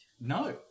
No